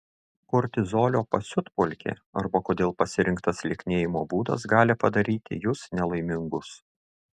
kortizolio pasiutpolkė arba kodėl pasirinktas lieknėjimo būdas gali padaryti jus nelaimingus